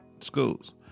schools